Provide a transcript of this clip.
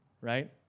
Right